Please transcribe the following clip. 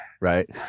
right